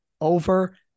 over